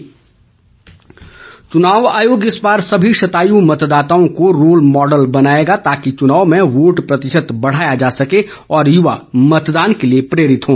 DC Una चुनाव आयोग इस बार सभी शतायु मतदाताओं को रोल मॉडल बनाएगा ताकि चुनाव में वोट प्रतिशत बढ़ाया जा सके और युवा मतदान के लिए प्रेरित हों